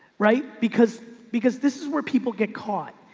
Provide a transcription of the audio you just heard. right? because, because this is where people get caught.